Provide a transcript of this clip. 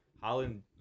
Holland